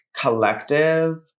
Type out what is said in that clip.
collective